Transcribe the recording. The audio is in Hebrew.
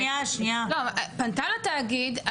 היא פנתה לתאגיד,